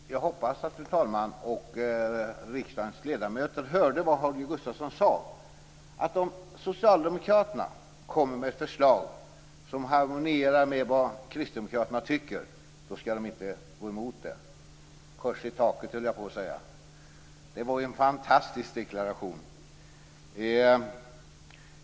Fru talman! Jag hoppas att fru talman och riksdagens ledamöter hörde vad Holger Gustafsson sade, att om socialdemokraterna kommer med ett förslag som harmonierar med vad Kristdemokraterna tycker då skall de inte gå emot det. Kors i taket, höll jag på att säga. Det var en fantastisk deklaration.